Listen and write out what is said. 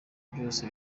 byose